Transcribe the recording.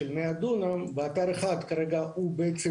בכלל.